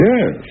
Yes